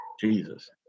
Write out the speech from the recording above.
Jesus